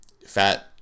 fat